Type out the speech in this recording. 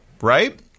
right